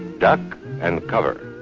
duck and cover.